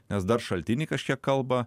nes dar šaltiniai kažkiek kalba